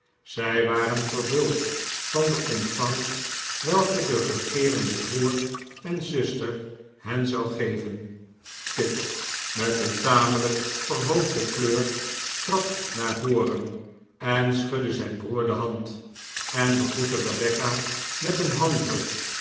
zij waren vervuld van de ontvangst welke de regeerende broer en zuster hen zou geven pitt met een tamelijk verhoogde kleur trad naar voren en schudde zijn broer de hand en begroette rebecca met een handdruk